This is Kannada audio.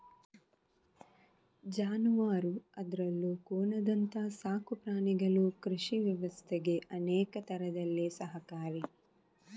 ಜಾನುವಾರು ಅದ್ರಲ್ಲೂ ಕೋಣದಂತ ಸಾಕು ಪ್ರಾಣಿಗಳು ಕೃಷಿ ವ್ಯವಸ್ಥೆಗೆ ಅನೇಕ ತರದಲ್ಲಿ ಸಹಕಾರಿ